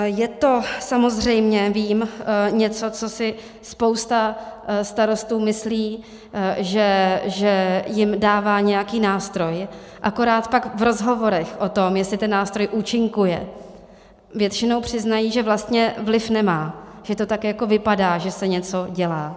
Je to, samozřejmě vím, něco, co si spousta starostů myslí, že jim dává nějaký nástroj, akorát pak v rozhovorech o tom, jestli ten nástroj účinkuje, většinou přiznají, že vlastně vliv nemá, že to tak jako vypadá, že se něco dělá.